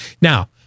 Now